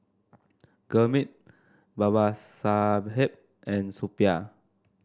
Gurmeet Babasaheb and Suppiah